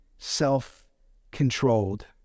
self-controlled